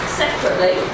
separately